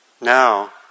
now